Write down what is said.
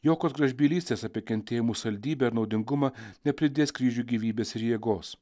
jokios gražbylystės apie kentėjimų saldybę ir naudingumą nepridės kryžiui gyvybės ir jėgos